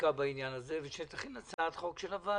החקיקה בעניין הזה ותכין הצעה של הוועדה,